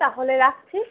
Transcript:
তাহলে রাখছি